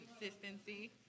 Consistency